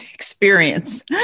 experience